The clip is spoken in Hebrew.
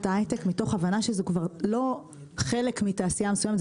ההייטק מתוך הבנה שזו כבר לא חלק מתעשייה מסוימת,